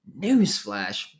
Newsflash